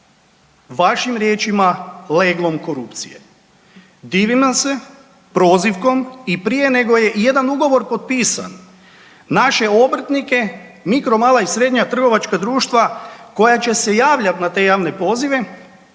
vašim riječima, leglom korupcije. Divim vam se prozivkom i prije nego je i jedan ugovor potpisan, naše obrtnike, mikro, mala i srednja trgovačka društva koja će se javljati na te pozive